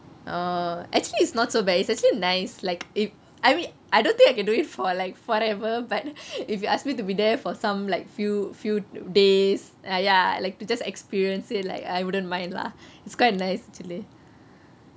oh actually it's not so bad it's actually nice like it I mean I don't think I can do it for like forever but if you ask me to be there for some like few few days ah ya like to just experience say like I wouldn't mind lah it's quite actually